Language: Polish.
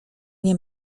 nie